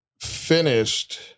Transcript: finished